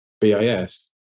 BIS